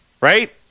Right